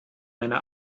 meine